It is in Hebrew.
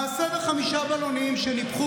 הינה, מעשה בחמישה בלונים.